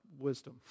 wisdom